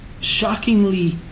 shockingly